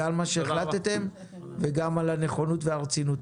גם על מה שהחלטתם וגם על הנכונות והרצינות.